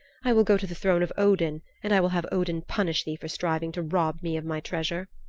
i will go to the throne of odin and i will have odin punish thee for striving to rob me of my treasure.